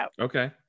okay